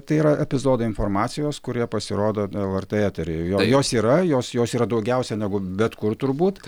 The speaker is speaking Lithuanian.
tai yra epizodai informacijos kurie pasirodo lrt eteryje jos yra jos jos jos yra daugiausia negu bet kur turbūt